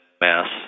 Mass